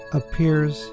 appears